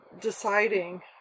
deciding